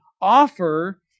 offer